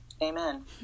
Amen